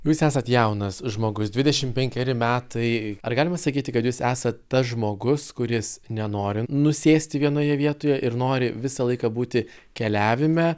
jūs esat jaunas žmogus dvidešim penkeri metai ar galima sakyti kad jūs esat tas žmogus kuris nenori nusėsti vienoje vietoje ir nori visą laiką būti keliavime